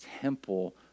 temple